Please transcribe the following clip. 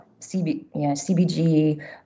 CBG